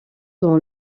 dans